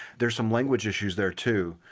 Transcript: there's some language issues there, too.